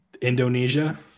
Indonesia